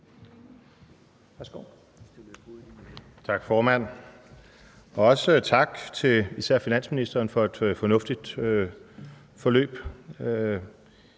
Tak, formand. Også tak til især finansministeren for et fornuftigt forløb.